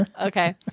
Okay